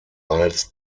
miles